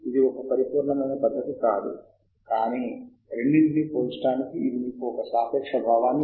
మీరు పోర్టల్ నుండి తీసుకోవాలనుకునే ప్రచురణ రకాన్ని గుర్తించడానికి ఇదే మీకు మార్గనిర్దేశం